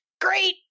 Great